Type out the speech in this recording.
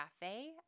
cafe